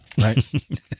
Right